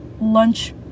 lunch